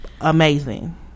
amazing